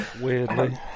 Weirdly